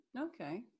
okay